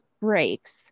breaks